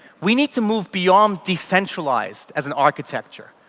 we need to move beyond decentralised as an architecture.